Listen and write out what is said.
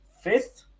fifth